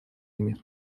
ими